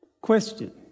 Question